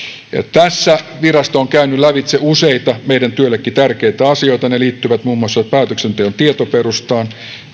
tässä virasto on käynyt lävitse useita meidän työllemmekin tärkeitä asioita ja ne liittyvät muun muassa päätöksenteon tietoperustaan